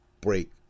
break